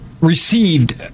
received